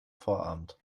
vorabend